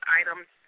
items